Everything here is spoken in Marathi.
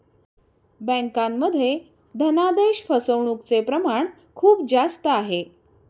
बँकांमध्ये धनादेश फसवणूकचे प्रमाण खूप जास्त आहे